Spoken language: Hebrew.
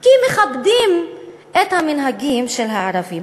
כי מכבדים את המנהגים של הערבים.